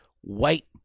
white